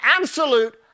absolute